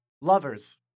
lovers